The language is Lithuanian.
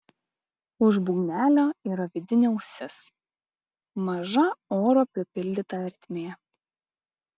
už būgnelio yra vidinė ausis maža oro pripildyta ertmė